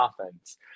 offense